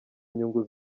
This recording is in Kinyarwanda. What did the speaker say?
inyungu